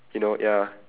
you know ya